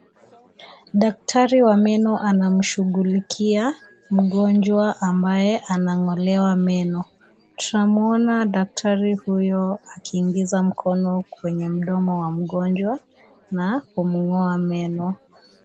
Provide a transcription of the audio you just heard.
Daktari wa meno anamshughulikia mgonjwa ambaye anang'olewa meno. Tunamuona daktari huyo akiingiza mkono kwenye mdomo wa mgonjwa na kumng'oa meno.